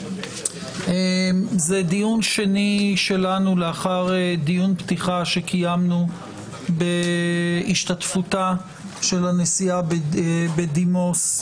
זה דיון שני שלנו לאחר דיון פתיחה שקיימנו בהשתתפותה של הנשיאה בדימוס,